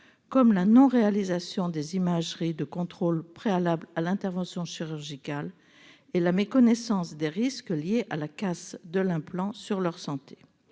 comme la non-réalisation des imageries de contrôle préalable à l'intervention chirurgicale et la méconnaissance des risques liés à la casse de l'implant sur leur santé.